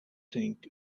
think